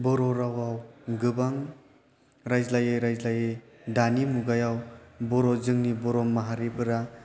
बर' रावआव गोबां रायज्लायै रायज्लायै दानि मुगायाव जोंनि बर' माहारिफोरा